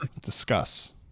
discuss